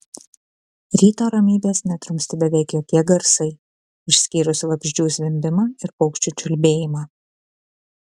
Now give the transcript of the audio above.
ryto ramybės nedrumstė beveik jokie garsai išskyrus vabzdžių zvimbimą ir paukščių čiulbėjimą